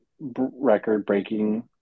record-breaking